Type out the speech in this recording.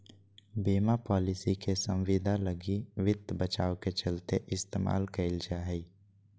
बीमा पालिसी के संविदा लगी वित्त बचाव के चलते इस्तेमाल कईल जा हइ